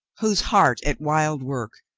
whose heart at wild work,